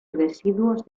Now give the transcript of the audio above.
residuos